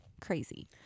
crazy